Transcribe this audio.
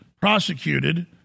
prosecuted